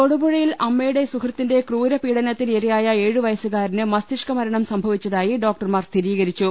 തൊടുപുഴയിൽ അമ്മയുടെ സുഹൃത്തിന്റെ ക്രൂരപീഡനത്തിന് ഇരയായ ഏഴുവയസുകാരന് മസ്തിഷ്ക മരണം സംഭവിച്ചതായി ഡോക്ടർമാർ സ്ഥിരീകരിച്ചു